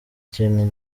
kintu